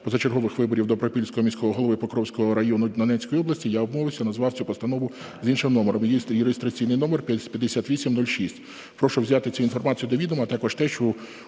позачергових виборів Добропільського міського голови Покровського району Донецької області я обмовився і назвав цю постанову з іншими номером. Її реєстраційний номер 5806. Прошу взяти цю інформацію до відома, а також те, що